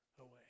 away